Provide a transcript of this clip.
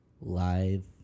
live